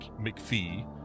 McPhee